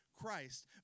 Christ